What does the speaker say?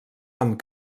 amb